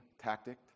tactic